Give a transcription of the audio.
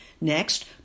Next